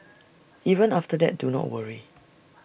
even after that do not worry